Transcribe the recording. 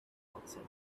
outside